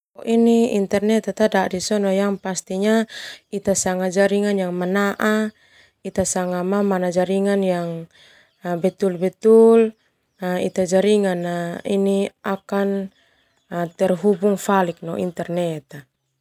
Internet tadadi sona yang pastinya ita sanga mamana manaa ita sanga mamana jaringan yang ita jaringan yang akan terhubung falik no internet.